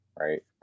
Right